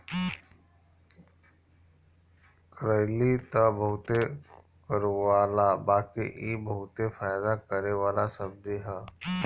करइली तअ बहुते कड़ूआला बाकि इ बहुते फायदा करेवाला सब्जी हअ